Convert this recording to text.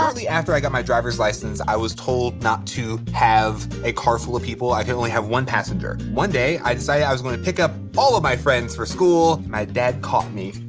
shortly after i got my driver's license, i was told not to have a car full of people. i could only have one passenger. one day, i decided i i was going to pick up all of my friends for school. my dad caught me.